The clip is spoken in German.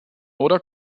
oder